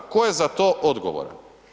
Ko je za to odgovoran?